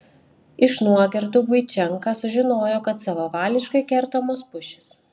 iš nuogirdų buičenka sužinojo kad savavališkai kertamos pušys